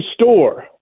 Store